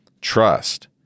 trust